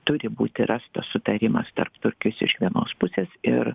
turi būti rastas sutarimas tarp turkijos iš vienos pusės ir